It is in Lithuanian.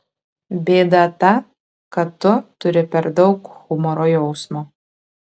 bėda ta kad tu turi per daug humoro jausmo